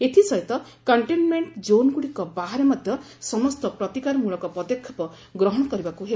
ଏଥିସହିତ କଣ୍ଟେନ୍ମେଣ୍ଟନ୍ ଜୋନ୍ଗୁଡ଼ିକ ବାହାରେ ମଧ୍ୟ ସମସ୍ତ ପ୍ରତିକାରମଳକ ପଦକ୍ଷେପ ଗ୍ରହଣ କରିବାକୁ ହେବ